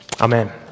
Amen